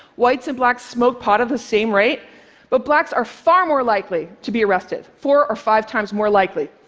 whites and blacks smoke pot at the same rate but blacks are far more likely to be arrested four or five times more likely,